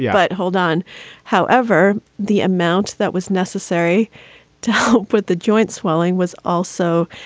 but hold on however, the amount that was necessary to help with the joint swelling was also